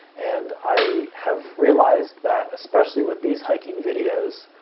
and i have realized that, especially with these hiking videos,